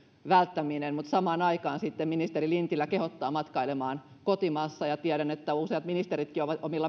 välttäminen mutta samaan aikaan sitten ministeri lintilä kehottaa matkailemaan kotimaassa ja tiedän että useat ministeritkin ovat omilla